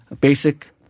basic